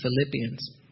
Philippians